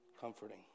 comforting